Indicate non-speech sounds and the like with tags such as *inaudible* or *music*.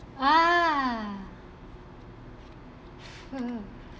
ah *noise*